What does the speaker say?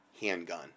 handgun